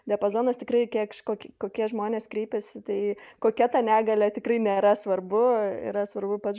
diapazonas tikrai kažkokį kokie žmonės kreipiasi tai kokia ta negalia tikrai nėra svarbu yra svarbu pats